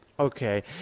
Okay